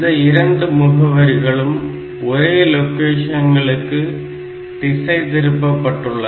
இந்த இரண்டு முகவரிகளும் ஒரே லொகேஷன்களுக்கு திசை திருப்பப் பட்டுள்ள